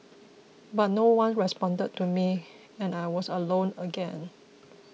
but no one responded to me and I was alone again